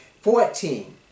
Fourteen